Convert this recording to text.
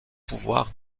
pouvoir